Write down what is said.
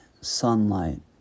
sunlight